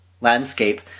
landscape